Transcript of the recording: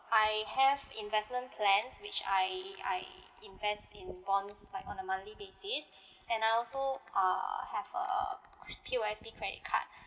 I have investment plans which I I invest in bonds like on a monthly basis and I also err have a P_O_S_B credit card